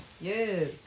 Yes